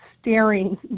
staring